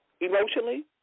emotionally